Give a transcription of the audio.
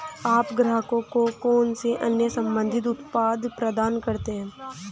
आप ग्राहकों को कौन से अन्य संबंधित उत्पाद प्रदान करते हैं?